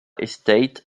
estate